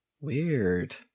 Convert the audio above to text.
Weird